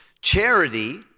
charity